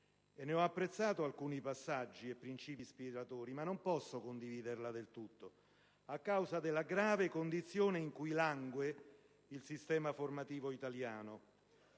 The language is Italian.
ne ho apprezzato alcuni passaggi e principi ispiratori; non posso tuttavia condividerla del tutto a causa della grave condizione in cui langue il sistema formativo italiano.